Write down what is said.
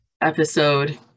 episode